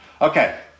Okay